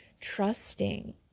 Trusting